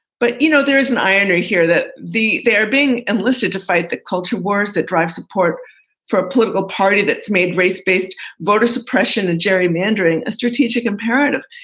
but, you know, there is an irony and here that the they are being enlisted to fight the culture wars that drive support for a political party that's made race-based voter suppression and gerrymandering a strategic imperative.